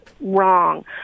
wrong